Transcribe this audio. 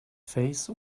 face